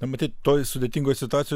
na matyt toj sudėtingoj situacijoj